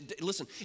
Listen